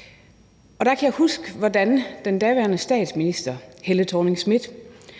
– og jeg kan huske, at den daværende statsminister, Helle Thorning-Schmidt,